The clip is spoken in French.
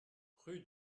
rue